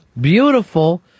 beautiful